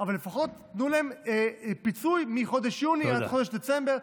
אבל לפחות תנו להם פיצוי מחודש יוני עד חודש דצמבר.